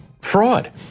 fraud